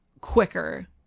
quicker